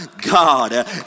God